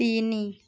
ତିନି